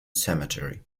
cemetery